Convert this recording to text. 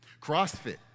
CrossFit